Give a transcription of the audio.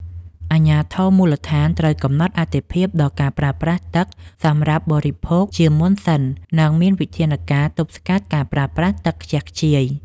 អាជ្ញាធរមូលដ្ឋានត្រូវកំណត់អាទិភាពដល់ការប្រើប្រាស់ទឹកសម្រាប់បរិភោគជាមុនសិន និងមានវិធានការទប់ស្កាត់ការប្រើប្រាស់ទឹកខ្ជះខ្ជាយ។